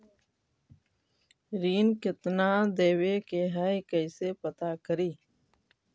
ऋण कितना देवे के है कैसे पता करी?